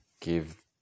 give